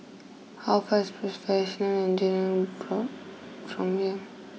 how far is Professional Engineer Broad from here